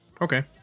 okay